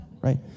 right